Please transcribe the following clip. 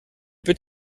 peut